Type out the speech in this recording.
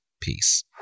Peace